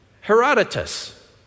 Herodotus